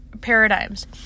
paradigms